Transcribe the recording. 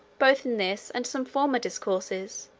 both in this and some former discourses.